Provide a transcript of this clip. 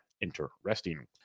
interesting